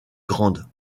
grant